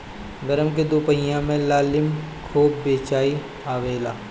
गरमी के दुपहरिया में लालमि खूब बेचाय आवेला